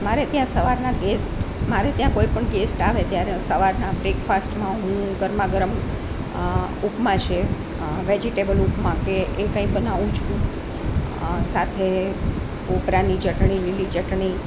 મારે ત્યાં સવારના ગેસ્ટ મારે ત્યાં કોઈપણ ગેસ્ટ આવે ત્યારે સવારના બ્રેકફાસ્ટમાં હું ગરમા ગરમ ઉપમા છે વેજીટેબલ ઉપમા કે એ કંઇ બનાવું છું સાથે કોપરાની ચટણી લીલી ચટણી